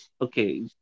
okay